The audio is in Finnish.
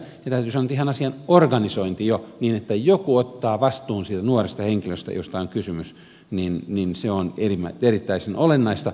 ja täytyy sanoa että ihan jo asian organisointi niin että joku ottaa vastuun siitä nuoresta henkilöstä josta on kysymys on erittäin olennaista